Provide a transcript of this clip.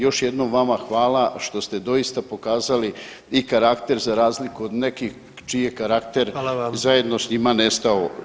Još jednom vama hvala što ste doista pokazali i karakter za razliku od nekih čiji je karakter [[Upadica: Hvala vam.]] zajedno s njima nestao.